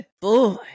Boy